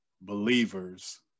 believers